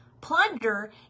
Plunder